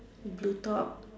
blue top